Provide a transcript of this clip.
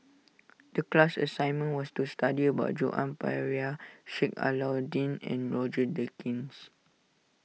the class assignment was to study about Joan Pereira Sheik Alau'ddin and Roger Jenkins